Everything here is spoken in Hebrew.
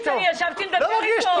ההגינות,